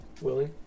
Willie